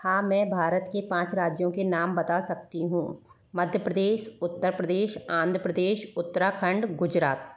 हाँ मैं भारत के पाँच राज्यों के नाम बता सकती हूँ मध्य प्रदेश उत्तर प्रदेश आंध्र प्रदेश उत्तराखंड गुजरात